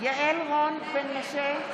יעל רון בן משה,